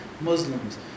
Muslims